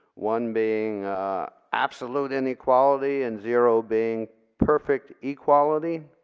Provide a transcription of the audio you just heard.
one being absolutely inequality, and zero being perfect equality,